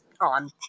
on